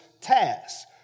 tasks